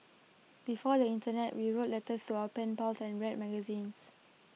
before the Internet we wrote letters to our pen pals and read magazines